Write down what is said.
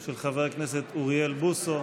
של חבר הכנסת אוריאל בוסו